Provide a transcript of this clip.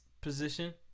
position